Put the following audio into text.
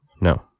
no